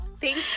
thank